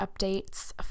updates